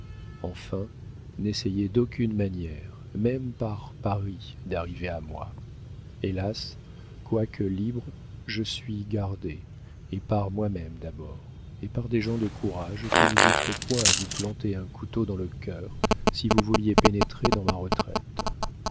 enfin n'essayez d'aucune manière même par pari d'arriver à moi hélas quoique libre je suis gardée et par moi-même d'abord et par des gens de courage qui n'hésiteraient point à vous planter un couteau dans le cœur si vous vouliez pénétrer dans ma retraite